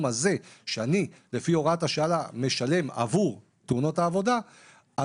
הזה שאני לפי הוראת השעה משלם עבור תאונות העבודה,